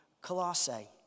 Colossae